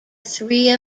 three